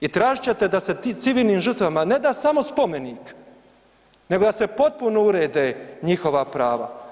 I tražit ćete da se tim civilnim žrtava ne da samo spomenik, nego da se potpuno urede njihova prava.